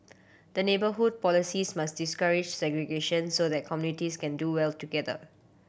the neighbourhood policies must discourage segregation so that communities can do well together